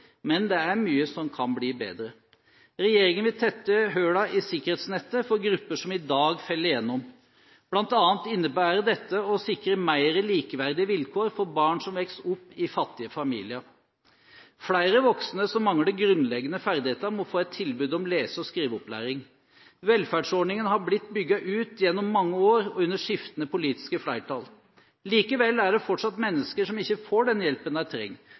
men det er mye som kan bli bedre. Regjeringen vil tette hullene i sikkerhetsnettet for grupper som i dag faller igjennom. Blant annet innebærer dette å sikre mer likeverdige vilkår for barn som vokser opp i fattige familier. Flere voksne som mangler grunnleggende ferdigheter, må få et tilbud om lese- og skriveopplæring. Velferdsordningene har blitt bygd ut gjennom mange år og under skiftende politiske flertall. Likevel er det fortsatt mennesker som ikke får den hjelpen de